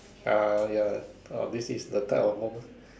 uh ya ah this is the type of woman